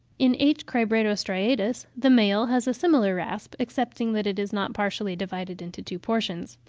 in h. cribratostriatus the male has a similar rasp, excepting that it is not partially divided into two portions,